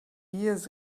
years